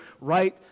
right